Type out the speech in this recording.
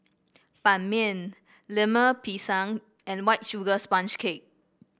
Ban Mian Lemper Pisang and White Sugar Sponge Cake